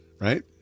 Right